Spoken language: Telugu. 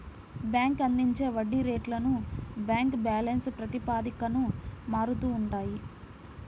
బ్యాంక్ అందించే వడ్డీ రేట్లు బ్యాంక్ బ్యాలెన్స్ ప్రాతిపదికన మారుతూ ఉంటాయి